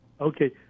okay